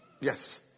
Yes